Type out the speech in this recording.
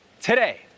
Today